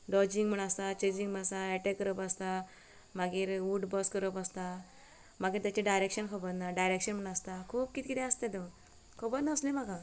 dodging म्हणो आसता chasing म्होणो आसता ऐटॅक करप आसता मागीर उट बस करप आसता मागीर तेचे डायरेक्शन खबरना डायरेक्शन म्हण आसता खूब कितें कितें आसता तेतूं खबर नासलें म्हाका